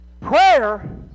prayer